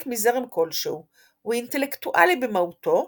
מזרם כלשהו; הוא אינטלקטואלי במהותו,